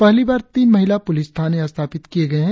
पहली बार तीन महिला पुलिस थाने स्थापित किए गए है